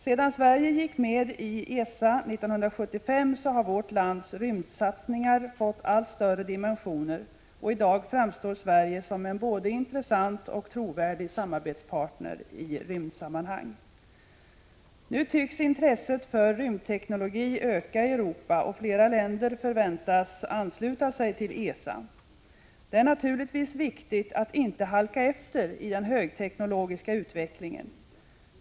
Sedan Sverige gick med i ESA 1975 har vårt lands rymdsatsningar fått allt större dimensioner, och i dag framstår Sverige som en både intressant och trovärdig samarbetspartner i rymdsammanhang. Nu tycks intresset för rymdteknologi öka i Europa, och flera länder förväntas ansluta sig till ESA. Det är naturligtvis viktigt att inte halka efter i den högteknologiska utvecklingen.